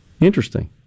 Interesting